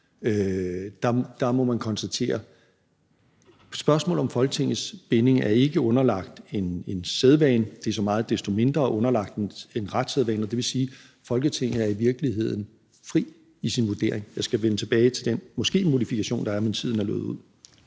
vidt jeg husker, at spørgsmålet om Folketingets binding ikke er underlagt en sædvane, og det er så meget desto mindre underlagt en retssædvane. Det vil sige, at Folketinget i virkeligheden er frit i sin vurdering. Jeg skal vende tilbage til den måskemodifikation, der er, men tiden er løbet ud.